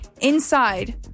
inside